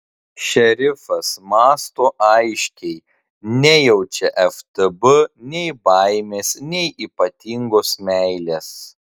šerifas mąsto aiškiai nejaučia ftb nei baimės nei ypatingos meilės